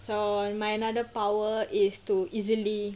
so my another power is to easily